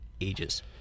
ages